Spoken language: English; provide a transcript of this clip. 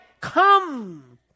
Come